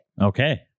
Okay